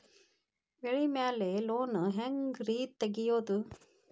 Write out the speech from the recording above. ಬೆಳಿ ಮ್ಯಾಲೆ ಲೋನ್ ಹ್ಯಾಂಗ್ ರಿ ತೆಗಿಯೋದ?